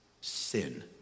Sin